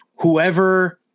whoever –